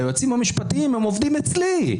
היועצים המשפטיים עובדים אצלי.